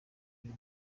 ibi